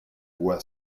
were